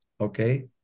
Okay